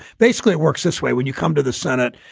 basically, it works this way. when you come to the senate,